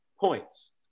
points